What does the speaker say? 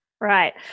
Right